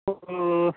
ஒ ஒரு